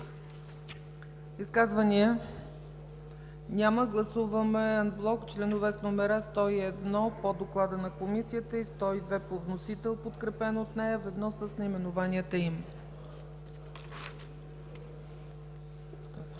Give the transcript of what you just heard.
Изказвания? Няма. Гласуваме анблок чл. 101 по доклада на Комисията и чл. 102 по вносител, подкрепен от нея, ведно с наименованията им. Гласували